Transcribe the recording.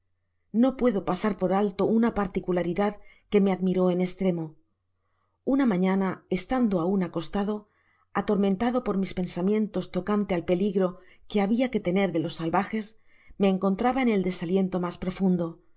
no puedo pasar por alto una particularidad que me admiró en estremo una mañana estando aun acostado atormentado por mis pensamientos tocante al peligro que hahia que temer delos salvajes me encontraba en el desaliento mas profundo